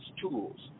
tools